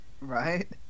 Right